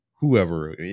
whoever